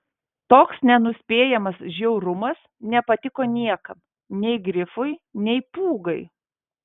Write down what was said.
toks nenuspėjamas žiaurumas nepatiko niekam nei grifui nei pūgai